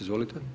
Izvolite.